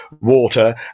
water